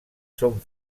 són